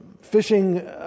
fishing